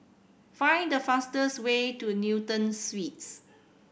find the fastest way to Newton Suites